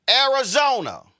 Arizona